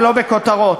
ולא בכותרות,